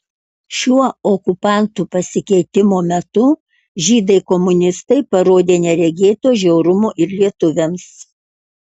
šiuo okupantų pasikeitimo metu žydai komunistai parodė neregėto žiaurumo ir lietuviams